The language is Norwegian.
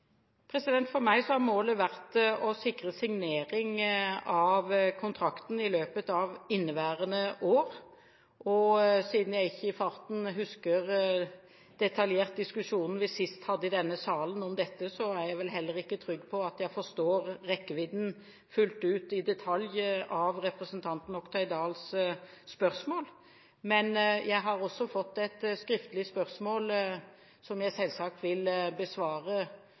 For meg har målet vært å sikre signering av kontrakten i løpet av inneværende år. Siden jeg ikke i farten husker detaljert diskusjonen vi sist hadde i denne salen om dette, er jeg vel heller ikke trygg på at jeg forstår rekkevidden fullt ut i detalj av representanten Oktay Dahls spørsmål. Men jeg har også fått et skriftlig spørsmål, som jeg selvsagt vil besvare,